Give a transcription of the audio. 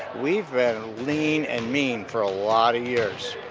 we've been lean and mean for a lot of years,